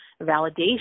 validation